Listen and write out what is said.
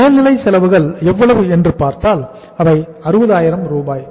மேல்நிலை செலவுகள் எவ்வளவு என்று பார்த்தால் அவை 60000 ரூபாய்